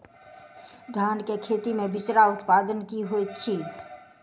धान केँ खेती मे बिचरा उत्पादन की होइत छी?